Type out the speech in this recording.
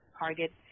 target